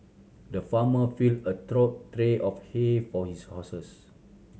the farmer filled a trough three of hay for his horses